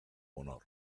honor